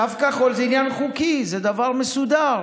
קו כחול זה עניין חוקי, זה דבר מסודר.